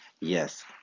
Yes